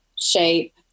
Shape